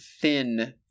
thin